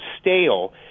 stale